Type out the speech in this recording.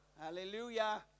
Hallelujah